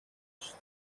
resztę